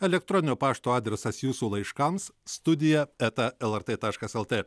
elektroninio pašto adresas jūsų laiškams studija eta lrt taškas lt